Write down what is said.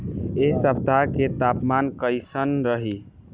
एह सप्ताह के तापमान कईसन रही?